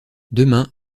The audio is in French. demain